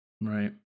Right